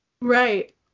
Right